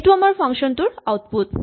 এইটো আমাৰ ফাংচন টোৰ আউটপুট